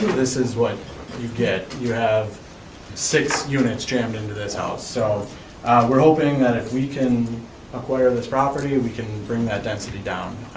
this is what you get. you have six units jammed into this house. so we're hoping that if we can acquire this property we can bring that density down,